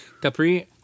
Capri